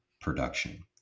production